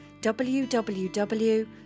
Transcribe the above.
www